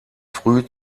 früh